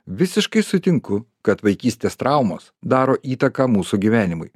visiškai sutinku kad vaikystės traumos daro įtaką mūsų gyvenimui